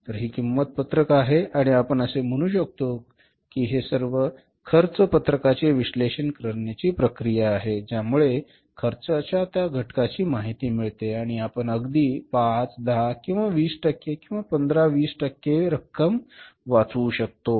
तर ही किंमत पत्रक आहे आणि आपण असे म्हणू शकतो की हे खर्च पत्रकाचे विश्लेषण करण्याची प्रक्रियाआहे ज्यामुळे खर्चाच्या त्या घटकाची माहिती मिळते आणि आपण अगदी 5 10 किंवा 20 टक्के किंवा 15 20 टक्के रक्कम वाचवू शकतो